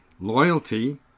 loyalty